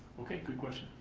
okay, good question.